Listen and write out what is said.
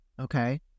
Okay